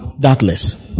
Doubtless